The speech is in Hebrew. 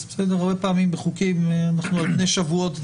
הרבה פעמים בחוקים אנחנו דנים על פני שבועות